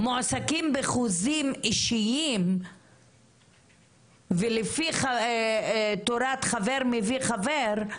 מועסקים בחוזים אישיים ולפי תורת חבר מביא חבר,